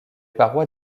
parois